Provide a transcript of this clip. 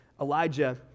Elijah